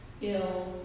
ill